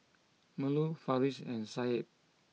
Melur Farish and Said